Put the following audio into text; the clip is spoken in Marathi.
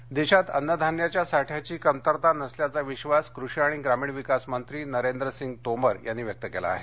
अन्नधान्य देशात अन्नधान्याच्या साठ्याची कमतरता नसल्याचा विश्वास कृषी आणि ग्रामीण विकास मंत्री नरेंद्र सिंग तोमर यांनी व्यक्त केला आहे